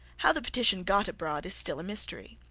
how the petition got abroad is still a mystery.